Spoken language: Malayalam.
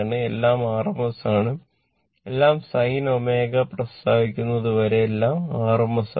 എല്ലാം rms ആണ് എല്ലാം sin ω പ്രസ്താവിക്കാത്തതുവരെ എല്ലാം rms ആണ്